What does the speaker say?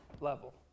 level